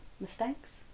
mistakes